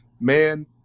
man